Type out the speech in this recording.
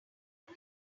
one